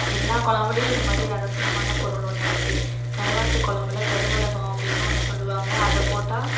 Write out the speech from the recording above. எல்லா கொழம்புலயும் இந்த மாதிரி ரகசியமான பொருள் ஒன்று இருக்குது கருவாட்டு கொழம்புல கருவடகம் அப்படின்னு ஒன்று சொல்லுவாங்க அதை போட்டால்